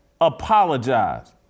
Apologize